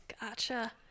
Gotcha